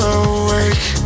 awake